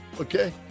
Okay